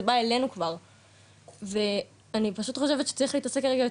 זה בא אלינו כבר ואני פשוט חושבת שצריך להתעסק כרגע,